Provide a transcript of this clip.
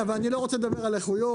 ואני לא רוצה לדבר על איכויות.